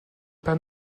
pas